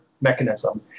mechanism